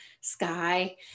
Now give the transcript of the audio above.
sky